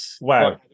wow